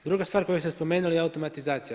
Druga stvar koju ste spomenuli je automatizacija.